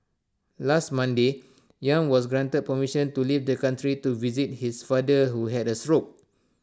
last Monday yang was granted permission to leave the country to visit his father who had A stroke